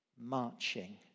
marching